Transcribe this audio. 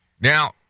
Now